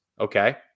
Okay